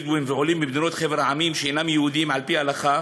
בדואים ועולים מחבר המדינות שאינם יהודים על-פי ההלכה,